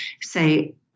say